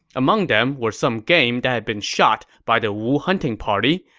among them were some game that had been shot by the wu hunting party,